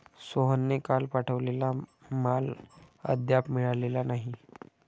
सोहनने काल पाठवलेला माल अद्याप मिळालेला नाही